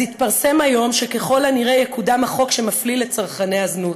"אז התפרסם היום שככל הנראה יקודם החוק שמפליל את צרכני הזנות.